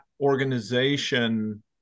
organization